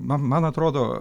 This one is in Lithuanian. man man atrodo